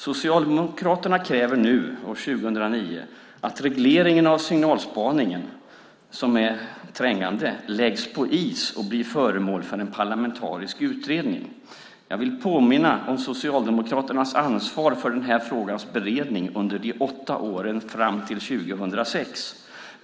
Socialdemokraterna kräver nu, år 2009, att regleringen av signalspaningen, som är trängande, läggs på is och blir föremål för en parlamentarisk utredning. Jag vill påminna om Socialdemokraternas ansvar för denna frågas beredning under de åtta åren fram till 2006.